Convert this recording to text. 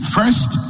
First